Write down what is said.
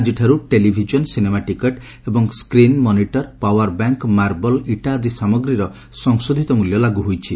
ଆଜିଠାରୁ television cinema ticket ଏବଂ screen monitor power bank marble ଇଟା ଆଦି ସାମଗ୍ରୀର ସଂଶୋଧିତ ମିଲ୍ୟ ଲାଗୁ ହୋଇଛି